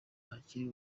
hakiri